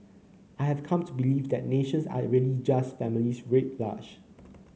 I have come to believe that nations are really just families writ large